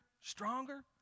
stronger